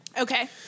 Okay